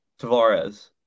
Tavares